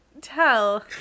tell